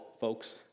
folks